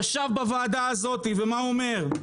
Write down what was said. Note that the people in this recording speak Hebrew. הוא ישב בוועדה הזאת ומה הוא אמר: